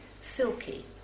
silky